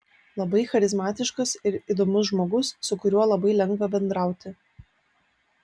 labai charizmatiškas ir įdomus žmogus su kuriuo labai lengva bendrauti